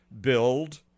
build